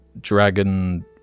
dragon